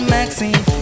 Maxine